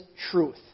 truth